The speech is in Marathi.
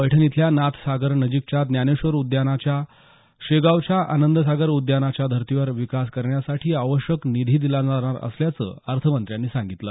पैठण इथल्या नाथसागरानजिकच्या ज्ञानेश्वर उद्यानाचा शेगावच्या आनंदसागर उद्यानाच्या धर्तीवर विकास करण्यासाठी आवश्यक निधी दिला जाणार असल्याचं अर्थमंत्र्यांनी सांगितलं